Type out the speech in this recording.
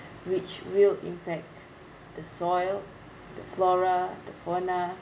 which will impact the soil the flora the fauna